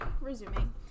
resuming